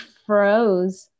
froze